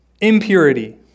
impurity